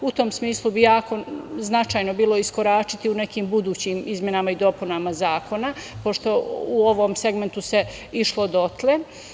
U tom smislu bi jako značajno bilo iskoračiti u nekim budućim izmenama i dopunama zakona, pošto u ovom segmentu se išlo dotle.